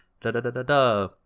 Da-da-da-da-da